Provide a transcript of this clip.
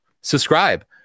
subscribe